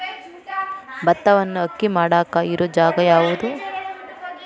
ಭತ್ತವನ್ನು ಅಕ್ಕಿ ಮಾಡಾಕ ಇರು ಜಾಗ ಯಾವುದು?